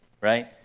right